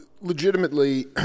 legitimately